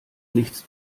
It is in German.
nichts